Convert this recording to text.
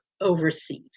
overseas